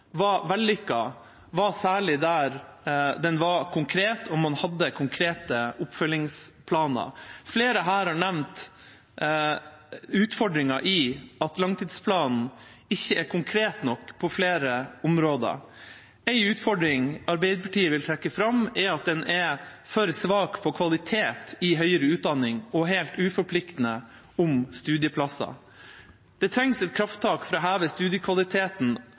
var vellykket, var særlig der den var konkret og man hadde konkrete oppfølgingsplaner. Flere her har nevnt utfordringen med at langtidsplanen ikke er konkret nok på flere områder. En utfordring Arbeiderpartiet vil trekke fram, er at den er for svak på kvalitet i høyere utdanning og helt uforpliktende om studieplasser. Det trengs et krafttak for å heve studiekvaliteten